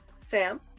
Sam